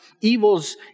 evil's